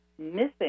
missing